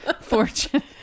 fortune